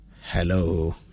hello